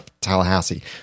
Tallahassee